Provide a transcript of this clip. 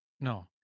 No